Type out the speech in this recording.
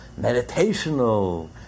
meditational